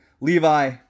Levi